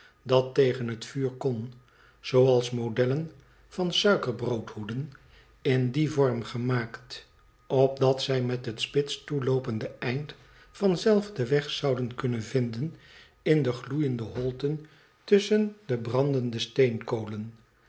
dat tegen het vuur kon zooals modellen van suikerbroodhoeden in dien vorm gemaakt opdat zij met het spits toeloopende eind van zelf den weg zouden kunnen vinden in de gloeiende holten tusschen de brandende